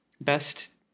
Best